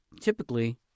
typically